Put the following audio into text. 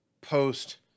post